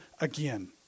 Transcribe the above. again